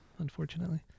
Unfortunately